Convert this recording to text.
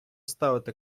ставити